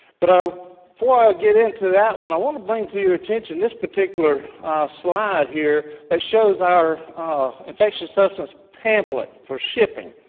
but ah before i i get into that one, i want to bring to your attention this particular slide here that shows our infectious substance pamphlet for shipping.